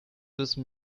müssen